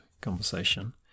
conversation